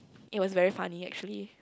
it was very funny actually